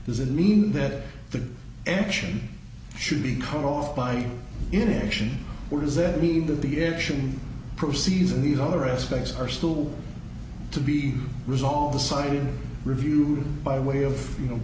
does it mean that the action should be cut off by inaction or does that mean that the action proceeds in these other aspects are still to be resolved the sudden review by way of you know